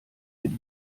mit